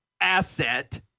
asset